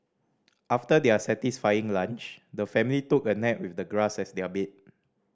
after their satisfying lunch the family took a nap with the grass as their bed